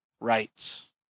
rights